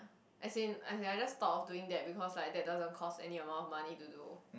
as in as in I just thought of doing that because like that doesn't cost any amount of money to do